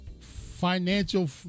financial